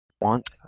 want